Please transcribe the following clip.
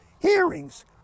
Hearings